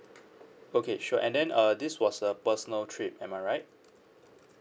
okay sure and then uh this was a personal trip am I right